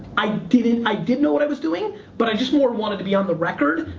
i did ah i did know what i was doing but i just more wanted to be on the record.